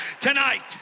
tonight